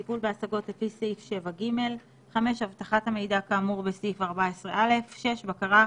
טיפול בהשגות לפי סעיף 7(ג); 5) אבטחת המידע כאמור בסעיף 14(א); 6) בקרה,